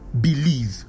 believe